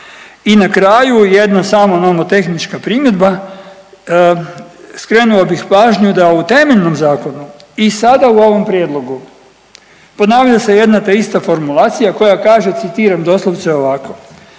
I na kraju jedna samo nomotehnička primjedba. Skrenuo bih pažnju da u temeljnom zakonu i sada u ovom prijedlogu ponavlja se jedna te ista formulacija koja kaže citiram doslovce ovako: